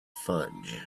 fudge